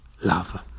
love